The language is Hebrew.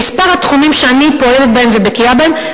בכמה תחומים שאני פועלת בהם ובקיאה בהם,